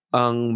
ang